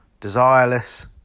desireless